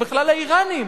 היא בכלל האירנים,